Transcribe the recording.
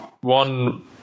one